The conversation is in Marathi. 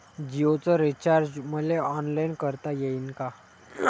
जीओच रिचार्ज मले ऑनलाईन करता येईन का?